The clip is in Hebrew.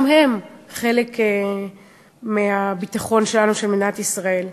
גם הן חלק מהביטחון שלנו, של מדינת ישראל.